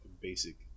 basic